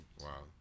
Wow